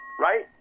right